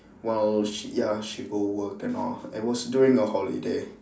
while she ya she go work and all and was during the holiday